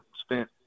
spent